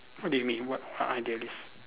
what do you mean what idealist